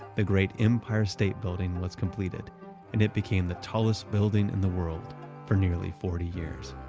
the great empire state building was completed and it became the tallest building in the world for nearly forty years.